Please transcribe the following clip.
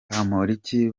bamporiki